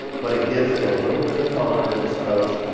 but it gives it a little bit a color in this coach.